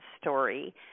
story